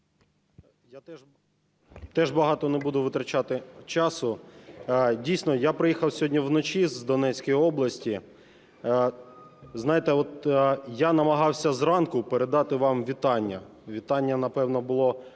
Я теж багато не буду витрачати часу. Дійсно я приїхав сьогодні вночі з Донецької області. Знаєте, я намагався зранку передати вам вітання, вітання, напевно, було